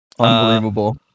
Unbelievable